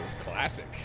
classic